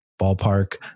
ballpark